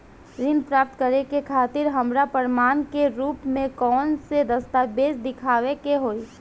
ऋण प्राप्त करे के खातिर हमरा प्रमाण के रूप में कउन से दस्तावेज़ दिखावे के होइ?